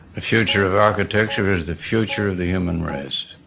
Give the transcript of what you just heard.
the future of architecture is the future of the human race.